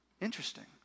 Interesting